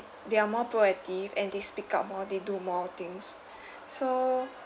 they are more proactive and they speak up more they do more things so